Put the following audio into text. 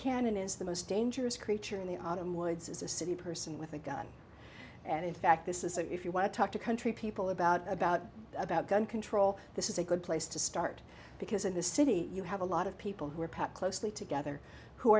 cannon is the most dangerous creature in the autumn woods is a city person with a gun and in fact this is if you want to talk to country people about about about gun control this is a good place to start because in the city you have a lot of people who are pack closely together who